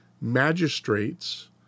magistrates